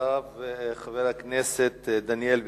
חבר הכנסת דניאל בן-סימון,